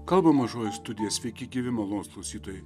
kalba mažoji studija sveiki gyvi malonūs klausytojai